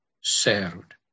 served